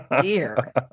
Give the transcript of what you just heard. dear